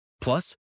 Plus